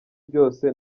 byose